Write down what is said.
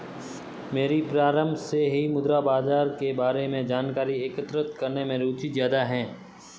मेरी प्रारम्भ से ही मुद्रा बाजार के बारे में जानकारी एकत्र करने में रुचि ज्यादा है